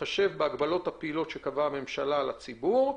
בהתחשב בהגבלות הפעילות שקבעה הממשלה על הציבור".